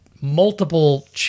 multiple